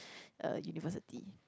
uh university